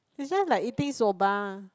it's just like eating soba